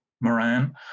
Moran